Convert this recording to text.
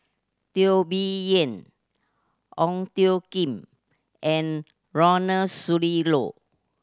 Teo Bee Yen Ong Tjoe Kim and Ronald Susilo